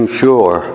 sure